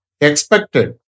expected